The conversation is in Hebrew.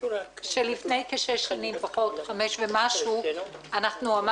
והוא אמר